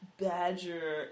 badger